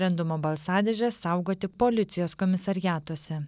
rendumo balsadėžę saugoti policijos komisariatuose